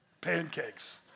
pancakes